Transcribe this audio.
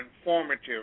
informative